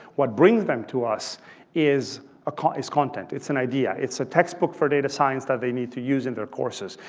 what brings them to us is its content. it's an idea. it's a textbook for data science that they need to use in their courses.